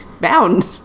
Bound